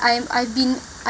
I'm I've been